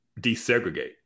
desegregate